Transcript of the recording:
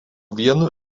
vienu